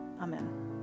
Amen